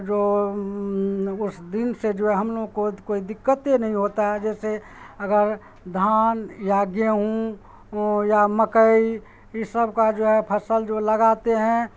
جو اس دن سے جو ہے ہم لوگ کو کوئی دقت ہی نہیں ہوتا ہے جیسے اگر دھان یا گیہوں یا مکئی یہ سب کا جو ہے فسل جو لگاتے ہیں